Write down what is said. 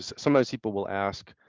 sometimes people will ask,